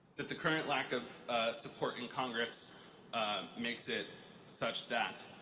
that the current lack of support in congress makes it such that